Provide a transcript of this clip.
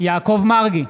יעקב מרגי,